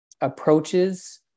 approaches